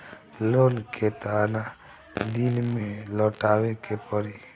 Loan केतना दिन में लौटावे के पड़ी?